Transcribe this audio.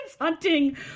hunting